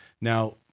Now